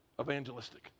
evangelistic